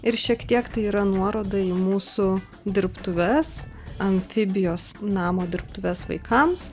ir šiek tiek tai yra nuoroda į mūsų dirbtuves amfibijos namo dirbtuves vaikams